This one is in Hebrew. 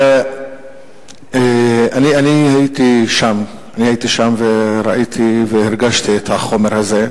אני הייתי שם וראיתי והרגשתי את החומר הזה.